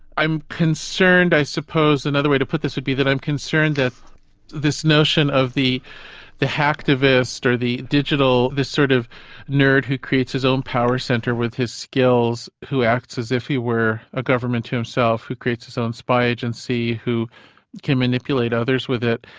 i'm concerned i suppose, another way to put this would be that i'm concerned that this notion of the the hactivist or the digital the sort of nerd who creates his own power centre with his skills, who acts as if he were a government himself, who creates his own spy agency, who can manipulate others with it,